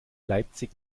leipzig